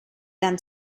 than